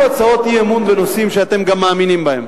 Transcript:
הצעות אי-אמון בנושאים שאתם גם מאמינים בהם.